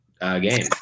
game